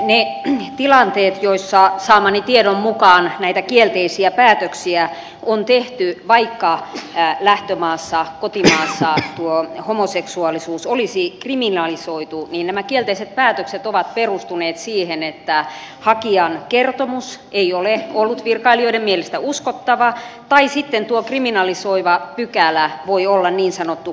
niissä tilanteissa joissa saamani tiedon mukaan näitä kielteisiä päätöksiä on tehty vaikka lähtömaassa kotimaassa tuo homoseksuaalisuus olisi kriminalisoitu nämä kielteiset päätökset ovat perustuneet siihen että hakijan kertomus ei ole ollut virkailijoiden mielestä uskottava tai sitten tuo kriminalisoiva pykälä on voinut olla niin sanottu kuollut kirjain